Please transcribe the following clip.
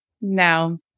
Now